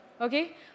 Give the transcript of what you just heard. okay